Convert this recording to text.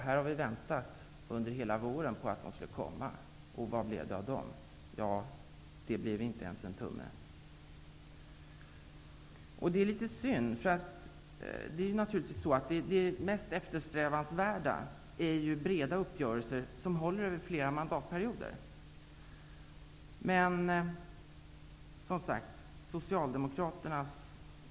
Vi har väntat under hela våren på att sådana skulle komma. Vad blev det av dem? Det blev inte ens en tumme. Det är litet synd, eftersom breda uppgörelser, som håller över flera mandatperioder, naturligtvis är det mest eftersträvansvärda.